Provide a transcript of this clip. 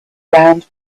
round